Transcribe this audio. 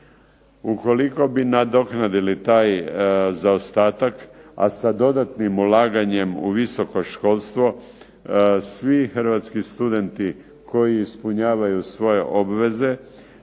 Ukoliko bi nadoknadili taj zaostatak, a sa dodatnim ulaganjem u visoko školstvo, svi hrvatski studenti koji ispunjavaju svoje obveze